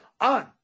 on